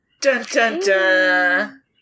Dun-dun-dun